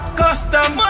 custom